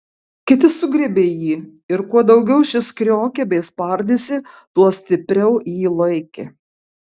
kiti sugriebė jį ir kuo daugiau šis kriokė bei spardėsi tuo stipriau jį laikė